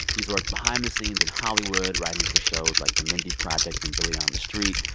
he's worked behind the scenes in hollywood, writing for shows like the mindy project, and billy on the street.